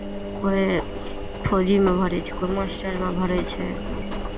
कोइ फौजीमे भरै छै कोइ मास्टरमे भरै छै